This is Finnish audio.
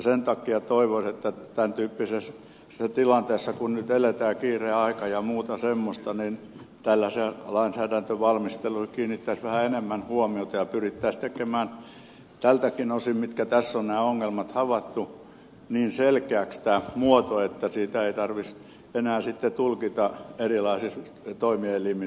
sen takia toivoisin että tämän tyyppisessä tilanteessa kuin nyt eletään kiire aika ja muuta semmoista tällaiseen lainsäädäntövalmisteluun kiinnitettäisiin vähän enemmän huomiota ja pyrittäisiin tekemään tältäkin osin mitkä ongelmat tässä on havaittu niin selkeäksi tämä muoto että sitä ei tarvitsisi enää sitten tulkita erilaisissa toimielimissä